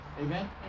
amen